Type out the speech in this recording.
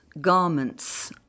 garments